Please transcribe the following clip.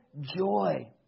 joy